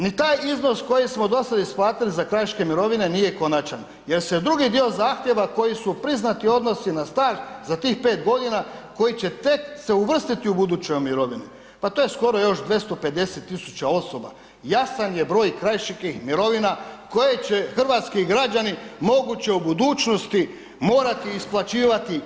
Ni taj iznos koji smo dosada isplatiti za krajiške mirovine nije konačan jer se drugi dio zahtjeva koji su priznati odnosi na staž za tih 5 godina koji će tek se uvrstiti u buduće mirovine, pa to je skoro još 250.000 osoba, jasan je broj krajiških mirovina koje će hrvatski građani moguće u budućnosti morati isplaćivati.